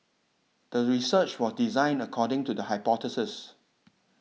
the research was designed according to the hypothesis